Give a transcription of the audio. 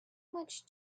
much